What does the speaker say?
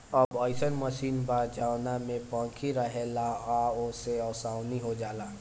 अब अइसन मशीन बा जवना में पंखी रहेला आ ओसे ओसवनी हो जाला